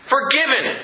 Forgiven